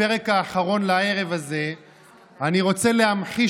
בפרק האחרון לערב הזה אני רוצה להמחיש